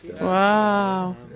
Wow